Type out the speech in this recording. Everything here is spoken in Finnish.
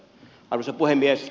arvoisa puhemies